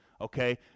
okay